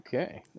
Okay